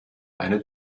eine